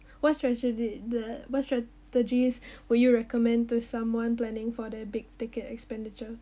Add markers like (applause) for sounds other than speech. what's (noise) what strategies (breath) would you recommend to someone planning for their big ticket expenditure